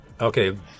okay